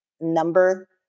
number